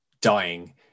dying